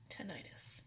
Tinnitus